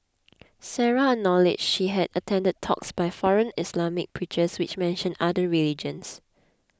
Sarah acknowledged she had attended talks by foreign Islamic preachers which mentioned other religions